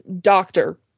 Doctor